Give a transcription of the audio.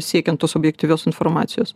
siekiant tos objektyvios informacijos